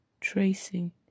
tracing